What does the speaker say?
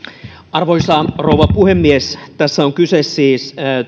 arvoisa rouva puhemies tässä on kyse siis